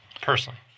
Personally